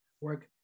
work